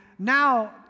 Now